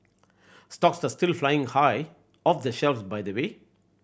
stocks the still flying high off the shelves by the way